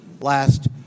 last